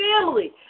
family